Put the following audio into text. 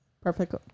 Perfect